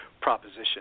proposition